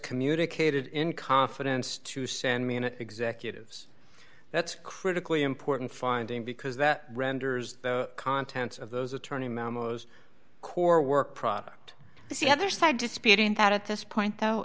communicated in confidence to send me an executives that's critically important finding because that renders the contents of those attorney memos core work product the other side disputing that at this point though